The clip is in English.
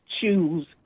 choose